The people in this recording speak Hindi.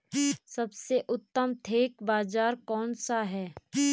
सबसे उत्तम थोक बाज़ार कौन सा है?